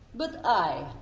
but i,